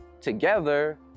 together